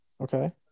Okay